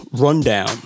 Rundown